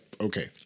Okay